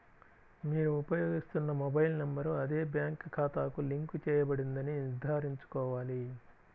మీరు ఉపయోగిస్తున్న mobile number అదే బ్యాంక్ ఖాతాకు లింక్ చేయబడిందని నిర్ధారించుకోవాలి